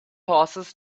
horses